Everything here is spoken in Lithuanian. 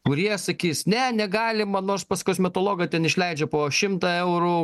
kurie sakys ne negalima nors pas kosmetologą ten išleidžia po šimtą eurų